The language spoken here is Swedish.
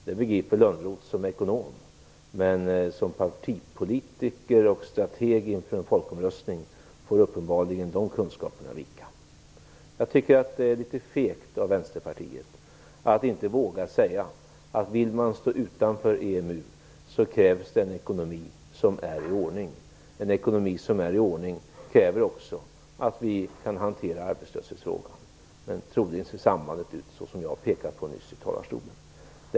Det begriper Lönnroth som ekonom, men som partipolitiker och strateg inför en folkomröstning får uppenbarligen dessa kunskaper vika. Jag tycker att det är litet fegt av Vänsterpartiet att inte våga säga att om man vill stå utanför EMU, så krävs det en ekonomi som är i ordning. En ekonomi som är i ordning kräver också att vi kan hantera arbetslöshetsfrågan, men troligen ser sambandet ut på det sätt som jag nyss pekade på i talarstolen.